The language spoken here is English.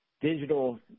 digital